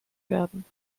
werden